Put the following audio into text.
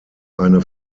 eine